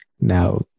now